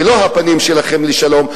ולא הפנים שלכם לשלום,